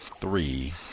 three